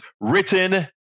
written